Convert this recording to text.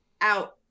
out